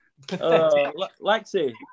Lexi